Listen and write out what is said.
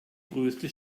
größte